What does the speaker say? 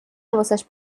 حواسش